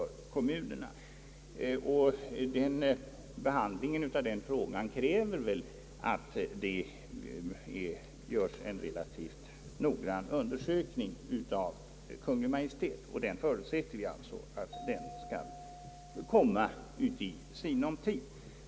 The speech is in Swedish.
Behandlingen av den frågan kräver att det görs en relativt noggrann undersökning av Kungl. Maj:t, och vi förutsätter att den skall komma i sinom tid.